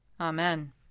Amen